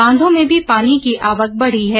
बांधों में भी पानी की आवक बढी है